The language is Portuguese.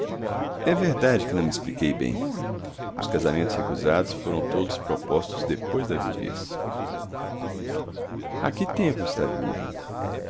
é verdade que não me expliquei bem os casamentos recusados foram todos propostos depois da viuvez há que